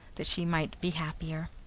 that she might be happier.